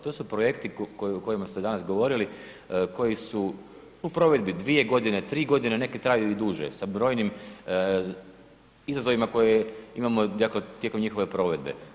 To su projekti o kojima ste danas govorili koji su u provedbi 2 godine, 3 godine, neki traju i duže, sa brojnim izazovima koje imamo tijekom njihove provedbe.